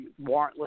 warrantless